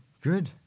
Good